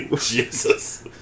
Jesus